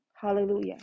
hallelujah